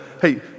hey